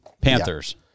Panthers